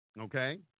Okay